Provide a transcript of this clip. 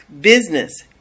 business